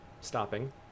Stopping